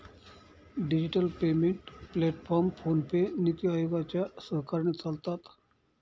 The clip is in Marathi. digital payment platform PhonePe, NITI आयोगाच्या सहकार्याने चालतात